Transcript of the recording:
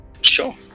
sure